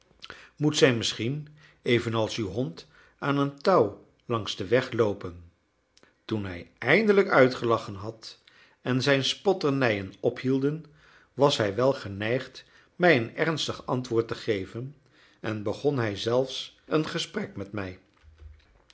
moet zij misschien evenals uw hond aan een touw langs den weg loopen toen hij eindelijk uitgelachen had en zijn spotternijen ophielden was hij wel geneigd mij een ernstig antwoord te geven en begon hij zelfs een gesprek met mij